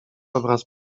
obraz